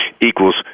equals